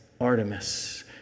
Artemis